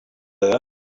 there